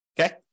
okay